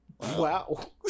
wow